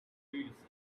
fields